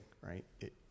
right